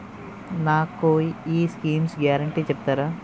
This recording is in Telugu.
నాకు ఈ స్కీమ్స్ గ్యారంటీ చెప్తారా?